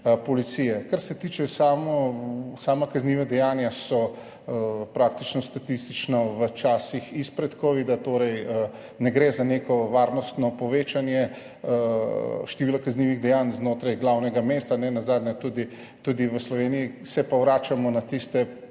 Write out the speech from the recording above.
Kar se tiče samih kaznivih dejanj so praktično statistično v časih pred covidom, torej ne gre za neko varnostno povečanje števila kaznivih dejanj znotraj glavnega mesta, nenazadnje tudi v Sloveniji, se pa vračamo na tiste